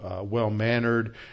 well-mannered